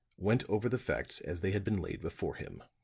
went over the facts as they had been laid before him.